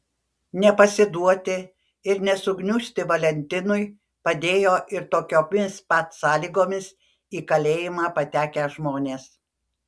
nepasiduoti ir nesugniužti valentinui padėjo ir tokiomis pat sąlygomis į kalėjimą patekę žmonės